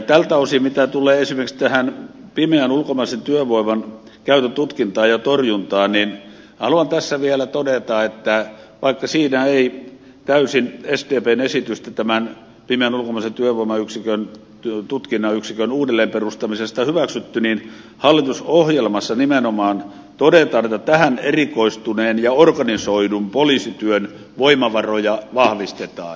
tältä osin mitä tulee esimerkiksi tähän pimeän ulkomaisen työvoiman käytön tutkintaan ja torjuntaan niin haluan tässä vielä todeta että vaikka siinä ei täysin sdpn esitystä tämän pimeän ulkomaisen työvoiman tutkintayksikön uudelleen perustamisesta hyväksytty niin hallitusohjelmassa nimenomaan todetaan että tähän erikoistuneen ja organisoidun poliisityön voimavaroja vahvistetaan